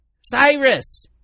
Cyrus